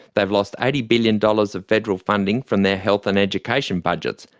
they have lost eighty billion dollars of federal funding from their health and education budgets,